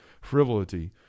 frivolity